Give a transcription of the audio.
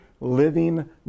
living